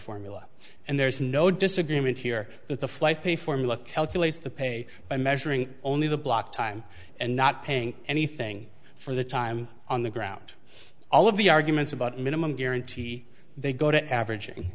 formula and there's no disagreement here that the flight pay form look the pay by measuring only the block time and not paying anything for the time on the ground all of the arguments about minimum guarantee they go to averaging